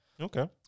Okay